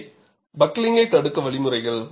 இவை பக்ளிங்கை தடுக்க வழி முறைகள்